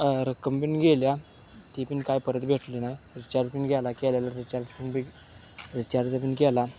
रक्कम पन गेल्या ती पन काय परत भेटली नाई रिचार्ज पन गेला केलेलं रिचार्ज पन बी रिचार्ज पन केला